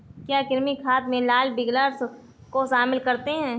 क्या कृमि खाद में लाल विग्लर्स को शामिल करते हैं?